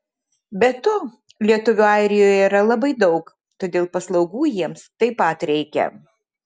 be to lietuvių airijoje yra labai daug todėl paslaugų jiems taip pat reikia